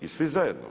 I svi zajedno.